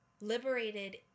liberated